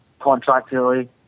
contractually